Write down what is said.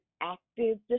active